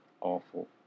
awful